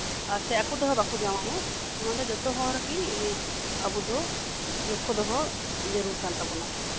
ᱟᱨ ᱥᱮ ᱟᱠᱚ ᱛᱮᱦᱚᱸ ᱵᱟᱠᱚ ᱡᱟᱶᱟᱭ ᱚᱜ ᱱᱚᱣᱟ ᱫᱚ ᱡᱚᱛᱚ ᱦᱚᱲᱜᱮ ᱟᱵᱚ ᱫᱚ ᱞᱚᱠᱠᱷᱚ ᱫᱚᱦᱚ ᱡᱟᱹᱨᱩᱲ ᱠᱟᱱ ᱛᱟᱵᱳᱱᱟ